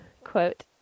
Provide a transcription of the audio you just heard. quote